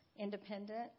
independent